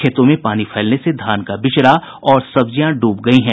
खेतों में पानी फैलने से धान का बिचड़ा और सब्जियां डूब गयी हैं